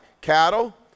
Cattle